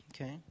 Okay